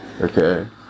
Okay